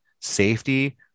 safety